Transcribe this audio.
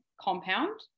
compound